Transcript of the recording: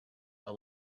are